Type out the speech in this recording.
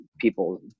people